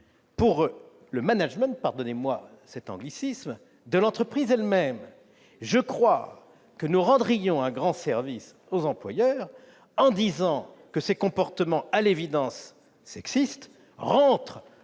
pour le, pardonnez-moi cet anglicisme, de l'entreprise elle-même. Je crois que nous rendrions un grand service aux employeurs en posant que ces attitudes à l'évidence sexistes entrent